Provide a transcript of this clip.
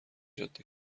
جاده